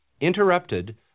interrupted